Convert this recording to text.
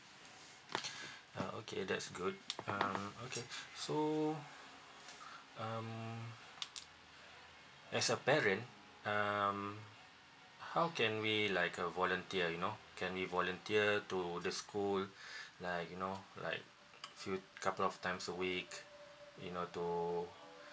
uh okay that's good um okay so um as a parent um how can we like uh volunteer you know can we volunteer to the school like you know like few couple of times a week you know to